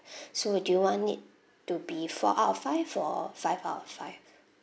so would you want it to be four out of five or five out of five